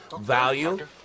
value